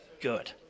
good